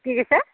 কি কৈছে